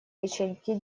ячейки